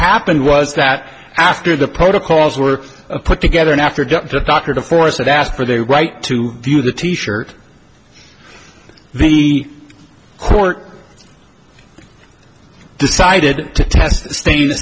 happened was that after the protocols were put together and after dr to force of asked for the right to view the t shirt the court decided to test thin